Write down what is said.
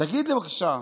תגיד לי, בבקשה: